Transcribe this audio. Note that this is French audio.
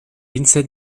lindsay